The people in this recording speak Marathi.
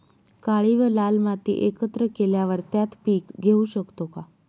काळी व लाल माती एकत्र केल्यावर त्यात पीक घेऊ शकतो का?